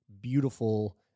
beautiful